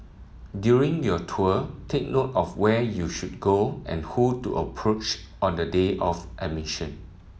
during your tour take note of where you should go and who to approach on the day of admission